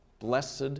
Blessed